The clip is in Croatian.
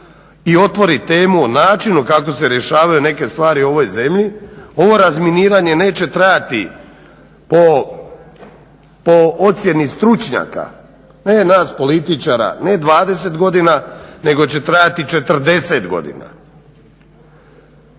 i otvori temu o načinu kako se rješavaju neke stvari u ovoj zemlji. Ovo razminiranje neće trajati po ocjeni stručnjaka, ne nas političara, ne 20 godina nego će trajati 40 godina.